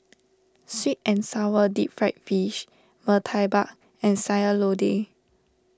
Sweet and Sour Deep Fried Fish Murtabak and Sayur Lodeh